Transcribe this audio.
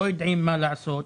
לא יודעים מה לעשות.